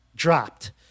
dropped